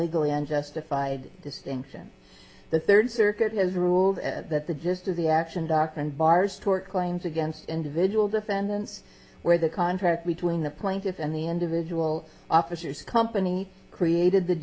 legally and justified distinction the third circuit has ruled that the gist of the action doc and bars tort claims against individual defendants where the contract between the plaintiffs and the individual officers company created the